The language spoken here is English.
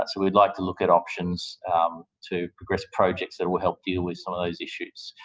ah we'd like to look at options to progress projects that will help deal with some of those issues.